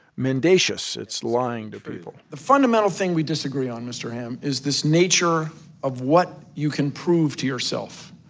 mendacious. it's lying to people the fundamental thing we disagree on, mr. ham, is this nature of what you can prove to yourself.